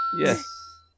Yes